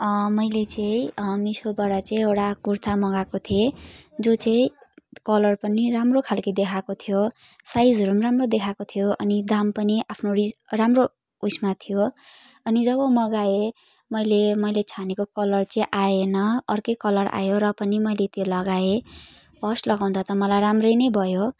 मैले चाहिँ मिसोबाट चाहिँ एउटा कुर्था मगाएको थिएँ जो चाहिँ कलर पनि राम्रो खालको देखाएको थियो साइजहरू पनि राम्रो देखाएको थियो अनि दाम पनि आफ्नो रिज राम्रो उयसमा थियो अनि जब मगाएँ मैले मैले छानेको कलर चाहिँ आएन अर्कै कलर आयो र पनि मैले त्यो लगाएँ फर्स्ट लगाउँदा त मलाई राम्रै नै भयो